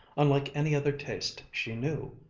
unlike any other taste she knew.